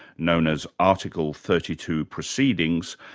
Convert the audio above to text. known as article thirty two proceedings,